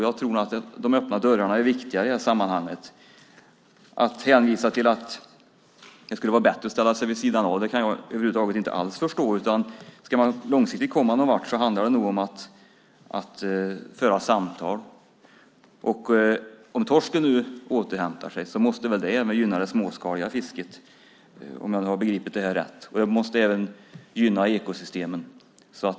Jag tror att de öppna dörrarna är viktiga i det här sammanhanget. Att hänvisa till att det skulle vara bättre att ställa sig vid sidan av kan jag inte alls förstå över huvud taget. Ska man långsiktigt komma någonvart handlar det nog om att föra samtal. Om torsken nu återhämtar sig måste väl det även gynna det småskaliga fisket, om jag nu har begripit det här rätt, och det måste även gynna ekosystemen.